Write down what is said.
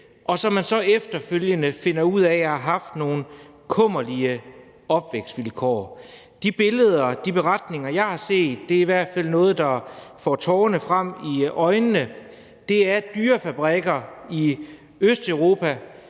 men så efterfølgende finder man ud af, at de har haft nogle kummerlige opvækstvilkår. De billeder, de beretninger, jeg har set, er i hvert fald noget, der får tårerne frem i øjnene, for det er dyrefabrikker i Østeuropa,